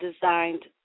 designed